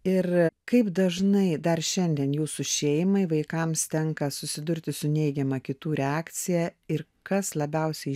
ir kaip dažnai dar šiandien jūsų šeimai vaikams tenka susidurti su neigiama kitų reakcija ir kas labiausiai